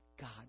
God